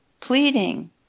pleading